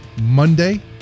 Monday